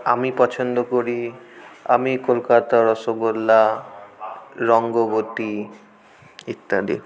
আমি পছন্দ করি আমি কলকাতার রসগোল্লা রঙ্গবতী ইত্যাদি